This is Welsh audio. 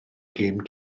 gêm